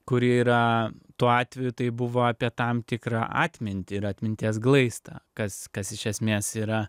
kuri yra tuo atveju tai buvo apie tam tikrą atmintį ir atminties glaistą kas kas iš esmės yra